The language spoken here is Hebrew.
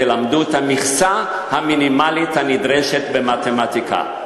תלמדו את המכסה המינימלית הנדרשת במתמטיקה.